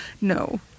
no